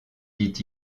dit